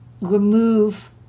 remove